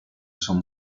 zum